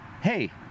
hey